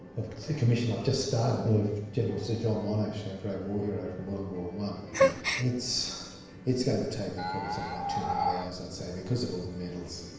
of the commission i've just started of general sir john morash, our great war hero from world war one. yeah it's it's going to to take me probably something like two hundred hours i'd say, because of all the medals.